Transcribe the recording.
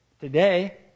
Today